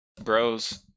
Bros